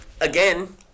again